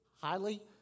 highly